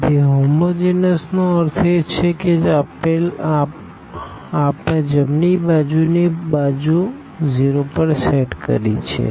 તેથી હોમોજીનસ નો અર્થ એ છે કે આપણે જમણી બાજુની બાજુ 0 પર સેટ કરી છે